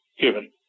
given